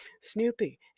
Snoopy